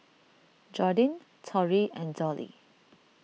Jordyn Torrey and Dollie